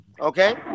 okay